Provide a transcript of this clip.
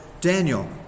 Daniel